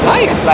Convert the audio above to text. Nice